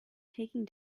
taking